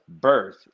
birth